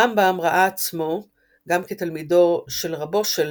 הרמב"ם ראה עצמו גם כתלמידו של רבו של